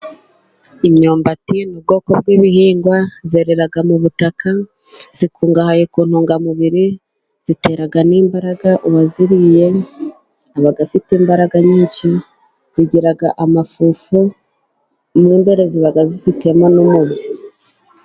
Imyumbati ni ubwoko bw'ibihingwa, yerera mu butaka, ikungahaye ku ntungamubiri, itera n'imbaraga, uwayiriye aba afite imbaraga nyinshi, igira amafufu, mo imbere iba ifitemo n'umuzi.